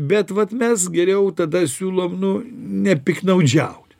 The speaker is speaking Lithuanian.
bet vat mes geriau tada siūlom nu nepiktnaudžiaut